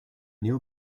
néo